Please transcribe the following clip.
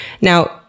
Now